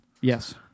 Yes